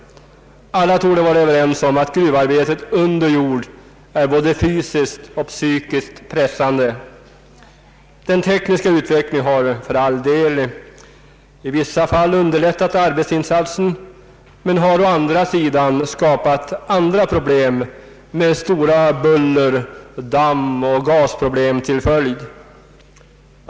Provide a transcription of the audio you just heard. Alla torde vara överens om att gruvarbetet under jord är både fysiskt och psykiskt pressande. Den tekniska utvecklingen har för all del i vissa fall underlättat arbetsinsatsen men har å andra sidan skapat stora buller-, dammoch gasproblem.